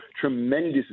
tremendous